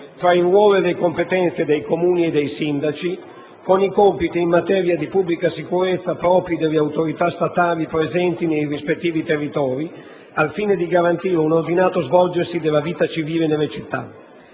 tra il ruolo e le competenze dei Comuni e dei sindaci con i compiti in materia di pubblica sicurezza propri delle autorità statali presenti nei rispettivi territori al fine di garantire un ordinato svolgersi della vita civile nelle città.